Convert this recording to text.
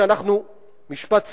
משפט סיכום: